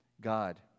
God